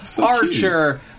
Archer